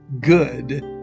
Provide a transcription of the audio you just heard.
good